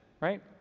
right